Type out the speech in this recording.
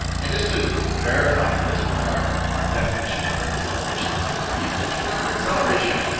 and just to verify this with our our definition of our acceleration, so to speak, just remember acceleration,